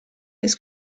his